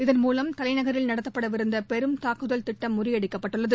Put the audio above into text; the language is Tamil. இதன் மூலம் தலைநகரில் நடத்தப்படவிருந்தபெரும் தாக்குதல் திட்டம் முறியடிக்கப்பட்டுள்ளது